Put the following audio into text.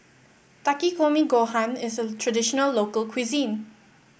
Takikomi Gohan is a traditional local cuisine